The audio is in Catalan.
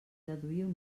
deduïu